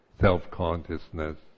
self-consciousness